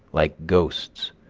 like ghosts,